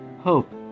hope